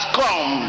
come